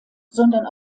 sondern